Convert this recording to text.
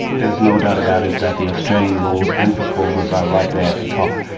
there's no doubt about it, that the australian laws and proposals are right there at the top,